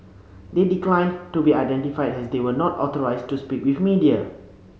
they declined to be identified as they were not authorised to speak with media